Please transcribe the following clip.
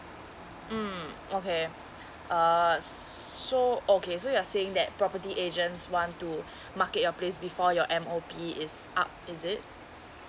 mm okay uh so okay so you're saying that property agents want to market your place before your M_O_P is up is it